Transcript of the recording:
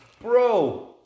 Bro